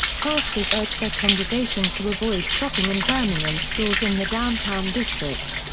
pastors urged their congregations to avoid shopping in birmingham stores in the downtown district.